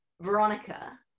Veronica